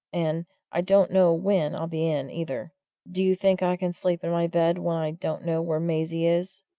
and i don't know when i'll be in, either do you think i can sleep in my bed when i don't know where maisie is?